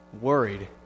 worried